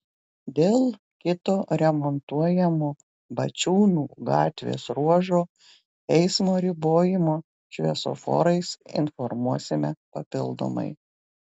dėl kito remontuojamo bačiūnų gatvės ruožo eismo ribojimo šviesoforais informuosime papildomai